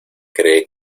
cree